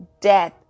death